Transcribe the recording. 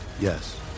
Yes